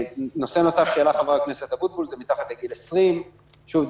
נושא נוסף שהעלה חבר הכנסת אבוטבול הוא הנושא של מתחת לגיל 20. שוב,